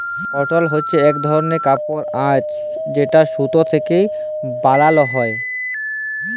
কটল হছে ইক ধরলের কাপড়ের আঁশ যেট সুতা থ্যাকে বালাল হ্যয়